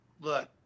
look